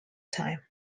time